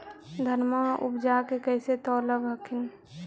धनमा उपजाके कैसे तौलब हखिन?